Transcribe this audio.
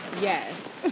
Yes